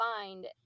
find